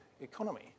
economy